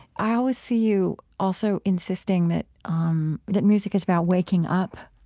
i always see you also insisting that um that music is about waking up.